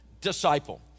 disciple